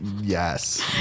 yes